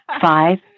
five